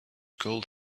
gold